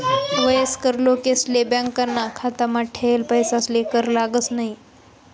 वयस्कर लोकेसले बॅकाना खातामा ठेयेल पैसासले कर लागस न्हयी